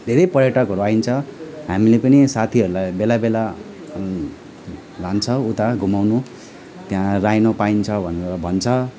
धेरै पर्यटकहरू आइन्छ हामीले पनि साथीहरूलाई बेला बेला लान्छ उता घुमाउनु त्यहाँ राइनो पाइन्छ भनेर भन्छ